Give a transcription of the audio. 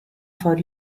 for